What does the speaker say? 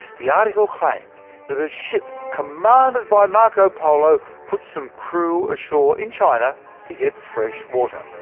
the article claimed that a ship commanded by marco polo put some crew ashore in china to get fresh water.